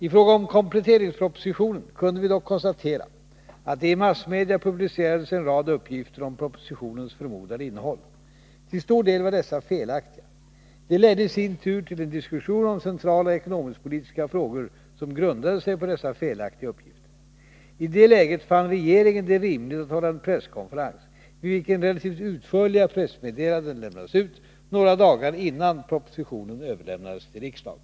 I fråga om kompletteringspropositionen kunde vi dock konstatera att det i massmedia publicerades en rad uppgifter om propositionens förmodade innehåll. Till stor del var dessa felaktiga. Det ledde i sin tur till en diskussion om centrala ekonomisk-politiska frågor som grundade sig på dessa felaktiga uppgifter. I det läget fann regeringen det rimligt att hålla en presskonferens, vid vilken relativt utförliga pressmeddelanden lämnades ut, några dagar innan propositionen överlämnades till riksdagen.